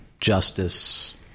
Justice